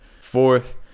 Fourth